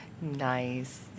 Nice